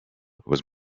was